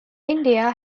india